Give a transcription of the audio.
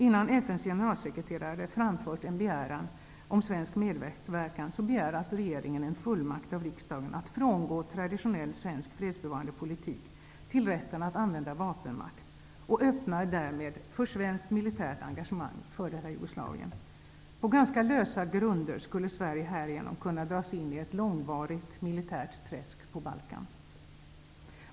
Innan FN:s generalsekreterare har framfört en begäran om svensk medverkan begär alltså regeringen en fullmakt av riksdagen att frångå traditionell svensk fredsbevarande politik och få rätt att använda vapenmakt, därmed öppnas det för svensk militärt engagemang i f.d. Jugoslavien. På ganska lösa grunder skulle Sverige härigenom kunna dras in i ett långvarigt militärt träsk på Balkan.